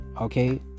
okay